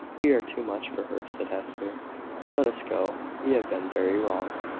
we are too much for her, said hester let us go, we have been very wrong.